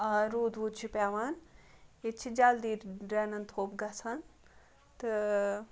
آ روٗد ووٗد چھُ پٮ۪وان ییٚتہِ چھِ جلدی ڈرٮ۪نَن تھوٚپ گژھان تہٕ